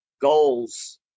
goals